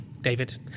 David